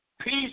peace